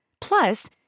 Plus